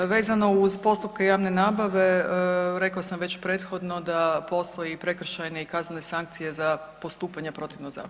Vezano uz postupke javne nabave, rekla sam već prethodno da postoje i prekršajne i kaznene sankcije za postupanja protivno zakonu.